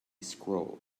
scroll